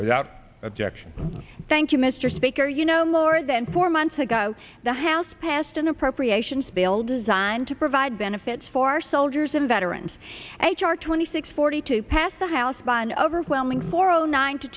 without objection thank you mr speaker you know more than four months ago the house passed an appropriations bill designed to provide benefits for our soldiers and veterans h r twenty six forty two passed the house by an overwhelming four zero nine to